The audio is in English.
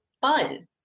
fun